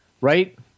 right